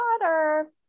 water